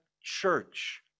church